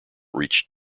reached